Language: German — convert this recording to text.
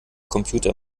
computer